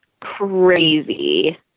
crazy